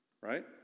right